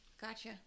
Gotcha